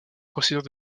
procédure